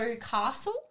castle